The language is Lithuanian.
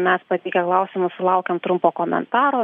mes pateikę klausimą sulaukėm trumpo komentaro